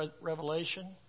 Revelation